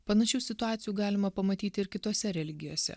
panašių situacijų galima pamatyti ir kitose religijose